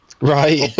right